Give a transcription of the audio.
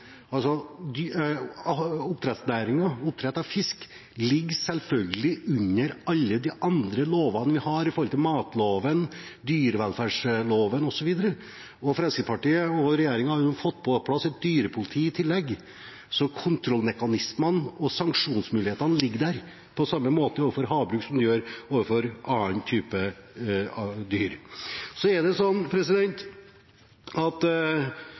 oppdrett av fisk ligger selvfølgelig under alle de andre lovene vi har, matloven, dyrevelferdsloven osv., og Fremskrittspartiet og regjeringen har i tillegg fått på plass et dyrepoliti. Så kontrollmekanismene og sanksjonsmulighetene foreligger på samme måte overfor havbruk som overfor andre typer dyr. Når det gjelder de andre kriteriene som interpellanten er opptatt av, og som Stortinget har vedtatt, vet jeg i hvert fall at